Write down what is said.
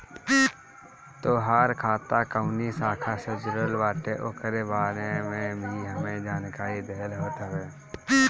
तोहार खाता कवनी शाखा से जुड़ल बाटे उकरे बारे में भी एमे जानकारी देहल होत हवे